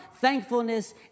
thankfulness